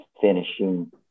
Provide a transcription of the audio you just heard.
finishing